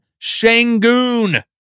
Shangoon